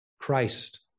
Christ